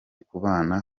kubana